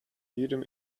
jedem